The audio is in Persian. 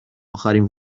آخرین